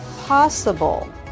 possible